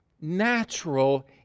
natural